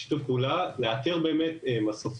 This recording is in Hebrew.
היה שיתוף פעולה לאתר מסופים.